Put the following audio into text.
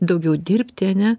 daugiau dirbti ane